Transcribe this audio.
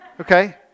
okay